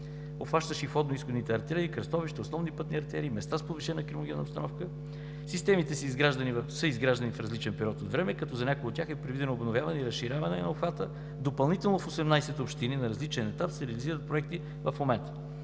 обхващащи входно-изходните артерии, кръстовища, основни пътни артерии, места с повишена криминогенна обстановка. Системите са изграждани в различен период от време, като за някои от тях е предвидено обновяване и разширяване на обхвата. Допълнително в 18 общини на различен етап се реализират проекти в момента,